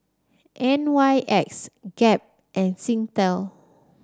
N Y X Gap and Singtel